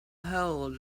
hole